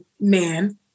man